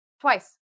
twice